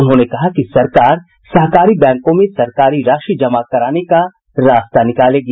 उन्होंने कहा कि सरकार सहकारी बैंकों में सरकारी राशि जमा करने का भी रास्ता निकालेगी